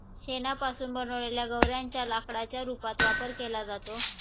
शेणापासून बनवलेल्या गौर्यांच्या लाकडाच्या रूपात वापर केला जातो